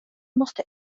måste